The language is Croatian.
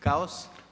Kaos?